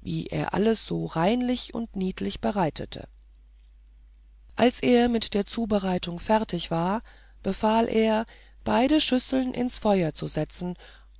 wie er alles so reinlich und niedlich bereitete als er mit der zubereitung fertig war befahl er beide schüsseln ans feuer zu setzen